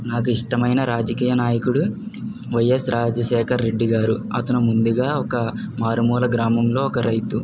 నాకు ఇష్టమైన రాజకీయ నాయకుడు వైఎస్ రాజశేఖర్ రెడ్డి గారు అతను ముందుగా ఒక మారుమూల గ్రామంలో ఒక రైతు